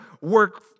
work